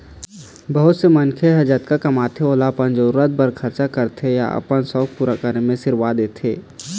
बहुत से मनखे मन जतका कमाथे ओला अपन जरूरत बर खरचा करथे या अपन सउख पूरा करे म सिरवा देथे